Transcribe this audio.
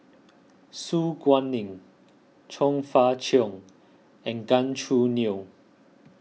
Su Guaning Chong Fah Cheong and Gan Choo Neo